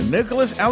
Nicholas